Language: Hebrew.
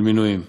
על מינויים.